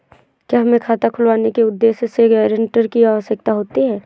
क्या हमें खाता खुलवाने के उद्देश्य से गैरेंटर की आवश्यकता होती है?